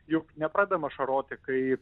juk nepradedam ašaroti kai